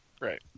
Right